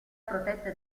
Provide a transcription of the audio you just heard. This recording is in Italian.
protette